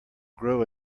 grow